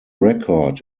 record